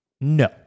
No